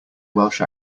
welsh